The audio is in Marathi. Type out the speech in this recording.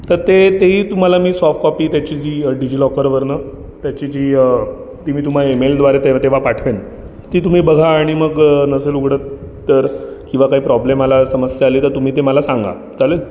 तर ते तेही तुम्हाला मी सॉफ्ट कॉपी त्याची जी डीजी लॉकरवरनं त्याची जी ती तुम्हाला इमेलद्वारे ते तेव्हा पाठवेन ती तुम्ही बघा आणि मग नसेल उघडत तर किंवा काही प्रॉब्लेम आला समस्या आली तर ते तुम्ही मला सांगा चालेल